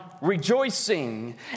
rejoicing